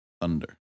Thunder